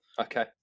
Okay